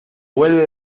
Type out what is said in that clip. vuelve